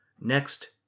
Next